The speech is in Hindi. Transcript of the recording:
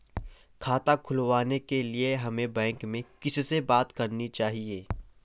खाता खुलवाने के लिए हमें बैंक में किससे बात करनी चाहिए?